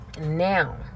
Now